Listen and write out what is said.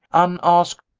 unasked,